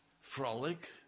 frolic